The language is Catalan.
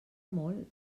molt